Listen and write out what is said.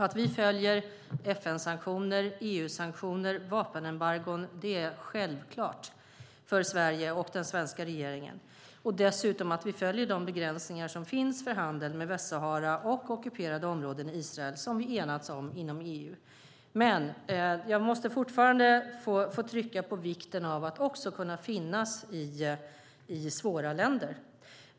Att vi följer FN-sanktioner, EU-sanktioner och vapenembargon är självklart för Sverige och den svenska regeringen, dessutom att vi följer de begränsningar som finns för handeln med Västsahara och ockuperade områden i Israel som vi enats om inom EU. Men jag måste fortfarande få trycka på vikten av att också kunna finnas i svåra länder.